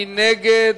מי נגד?